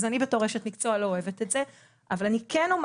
אז אני בתור אשת מקצוע לא אוהבת את זה אבל אני כן אומר